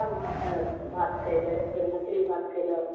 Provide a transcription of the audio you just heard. हम मासु भात खेबै तऽ कोइ मछली भात खयलक